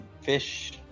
fish